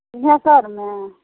सिँहेश्वरमे